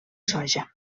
soja